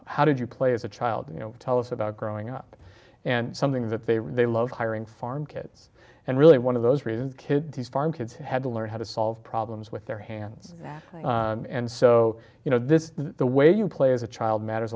how did you play as a child you know tell us about growing up and something that they really love hiring farm kids and really one of those reasons kids farm kids had to learn how to solve problems with their hands and so you know this is the way you play as a child matters